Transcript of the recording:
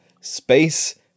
Space